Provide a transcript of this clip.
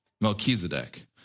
Melchizedek